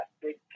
big